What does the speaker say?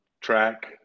track